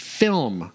film